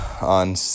on